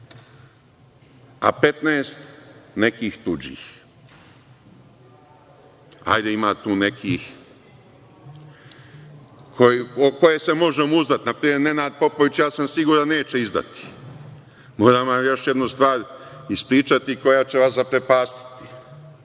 a 15 nekih tuđih. Hajde, ima tu nekih u koje se možemo uzdati, na primer Nenad Popović, ja sam siguran neće izdati. Moram vam još jednu stvar ispričati koja će vas zaprepastiti.